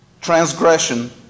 transgression